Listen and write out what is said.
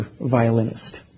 violinist